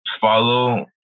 follow